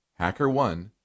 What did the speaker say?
HackerOne